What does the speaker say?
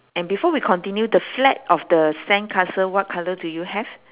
and before we continue the flag of the sandcastle what colour do you have